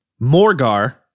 Morgar